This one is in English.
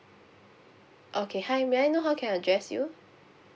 okay hi may I know how can I address you